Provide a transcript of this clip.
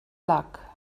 luck